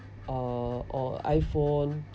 uh or iphone